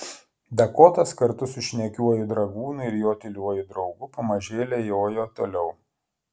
dakotas kartu su šnekiuoju dragūnu ir jo tyliuoju draugu pamažėle jojo toliau